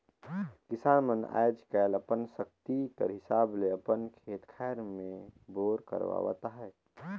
किसान मन आएज काएल अपन सकती कर हिसाब ले अपन खेत खाएर मन मे बोर करवात अहे